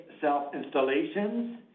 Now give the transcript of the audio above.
self-installations